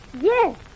Yes